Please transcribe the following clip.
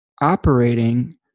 operating